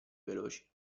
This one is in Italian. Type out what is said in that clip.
veloci